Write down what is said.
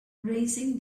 raising